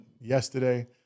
yesterday